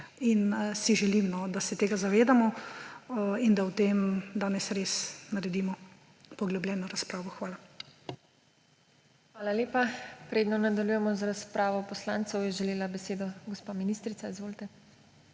in si želim, da se tega zavedamo in da o tem danes res naredimo poglobljeno razpravo. Hvala. PODPREDSEDNICA TINA HEFERELE: Hvala lepa. Predno nadaljujemo z razpravo poslancev, je želela besedo gospa ministrica. Izvolite.